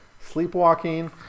sleepwalking